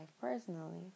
personally